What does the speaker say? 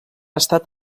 estat